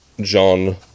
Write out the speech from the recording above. John